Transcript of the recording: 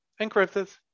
encrypted